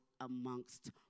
amongst